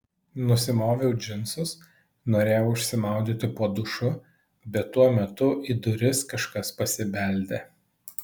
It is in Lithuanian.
nusimoviau džinsus norėjau išsimaudyti po dušu bet tuo metu į duris kažkas pasibeldė